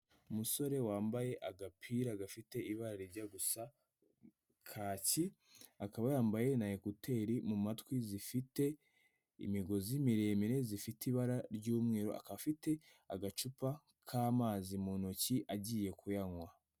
Umusore wambaye agapira gafite ibara rijya gusa kaki, akaba yambaye na ekuteri mu matwi zifite imigozi miremire, zifite ibara ry'umweru, afite agacupa k'amazi mu ntoki, agiye kuyanywa.